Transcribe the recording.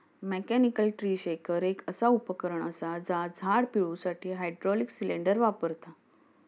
mechanical tree shaker एक असा उपकरण असा जा झाड पिळुसाठी हायड्रॉलिक सिलेंडर वापरता